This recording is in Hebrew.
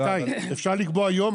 אפשר לקבוע יום?